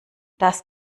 das